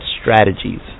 strategies